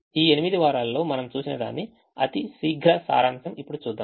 ఈ 8 వారాలలో మనం చూసిన దాన్ని అతి శీఘ్ర సారాంశం ఇప్పుడు చూద్దాం